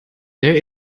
there